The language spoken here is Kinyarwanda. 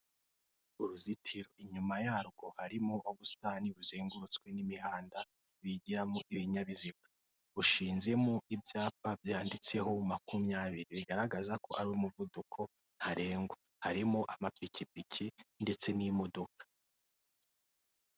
Uruzitiro, inyuma yarwo harimo ubusitani buzengurutswe n'imihanda bigiramo ibinyabiziga, bushinzemo ibyapa byanditseho makumyabiri bigaragaza ko ari umuvuduko ntarengwa. Harimo amapikipiki ndetse n'imodoka.